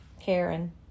Karen